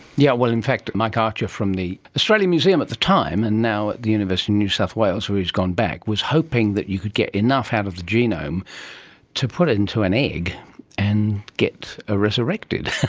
yeah in fact mike archer from the australian museum at the time, and now at the university of new south wales where he has gone back, was hoping that you could get enough out of the genome to put it into an egg and get a resurrected